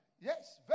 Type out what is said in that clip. Yes